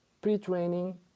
pre-training